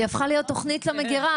היא הפכה להיות תוכנית למגירה.